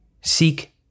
Seek